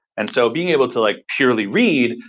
and so, being able to like purely read,